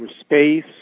space